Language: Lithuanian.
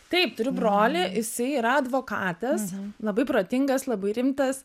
taip turiu brolį jisai yra advokatas labai protingas labai rimtas